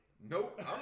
Nope